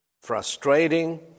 frustrating